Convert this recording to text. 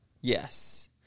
yes